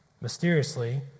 Mysteriously